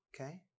okay